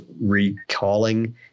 recalling